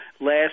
Last